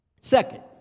Second